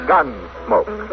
Gunsmoke